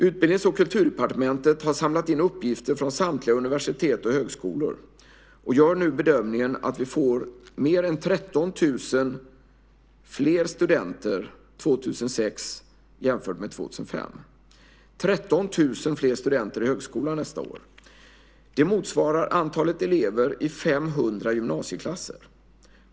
Utbildnings och kulturdepartementet har samlat in uppgifter från samtliga universitet och högskolor och gör nu bedömningen att vi får mer än 13 000 fler studenter 2006 jämfört med 2005. 13 000 fler studenter i högskolan nästa år motsvarar antalet elever i 500 gymnasieklasser.